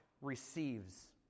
receives